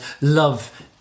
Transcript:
love